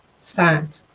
sad